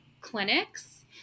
clinics